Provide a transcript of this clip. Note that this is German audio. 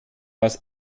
aus